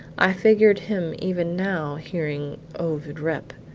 i figured him even now hearing ovid rep,